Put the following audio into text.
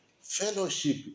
fellowship